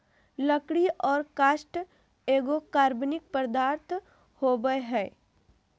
लकड़ी और काष्ठ एगो कार्बनिक पदार्थ होबय हइ